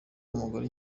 umugore